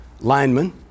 Lineman